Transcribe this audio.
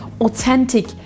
authentic